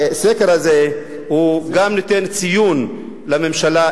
הסקר הזה גם נותן ציון לממשלה,